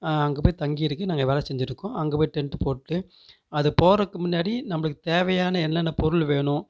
அங்கே போய் தங்கிருக்கி நாங்கள் வேலை செஞ்சுருக்கோம் அங்கே போய் டென்ட்டு போட்டு அது போகிறக்கு முன்னாடி நம்மளுக்கு தேவையான என்னென்ன பொருள் வேணும்